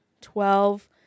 twelve